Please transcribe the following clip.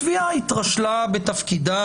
התביעה התרשלה בתפקידה.